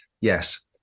yes